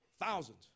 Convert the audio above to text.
thousands